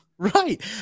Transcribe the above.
Right